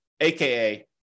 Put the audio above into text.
AKA